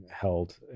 held